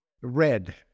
red